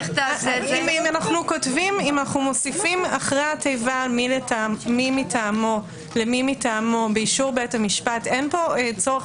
אם מוסיפים אחרי "למי מטעמו" באישור בית המשפט אין צורך